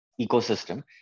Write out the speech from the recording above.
ecosystem